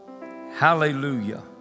Hallelujah